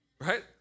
right